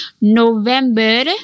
November